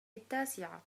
التاسعة